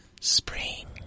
Spring